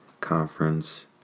conference